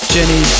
Jenny